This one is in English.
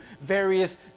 various